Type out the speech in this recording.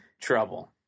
trouble